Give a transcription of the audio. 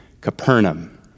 Capernaum